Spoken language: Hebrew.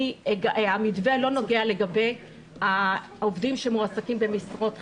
המתווה לא נוגע לגבי העובדים שמועסקים במשרות חלקיות,